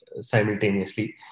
simultaneously